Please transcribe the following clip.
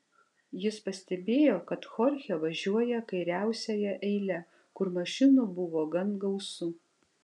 jis pastebėjo kad chorchė važiuoja kairiausiąja eile kur mašinų buvo gan gausu